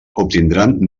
obtindran